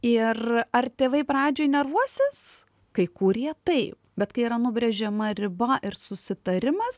ir ar tėvai pradžioj nervuosis kai kurie taip bet kai yra nubrėžiama riba ir susitarimas